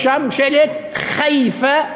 יש שם שלט "ח'ייפה",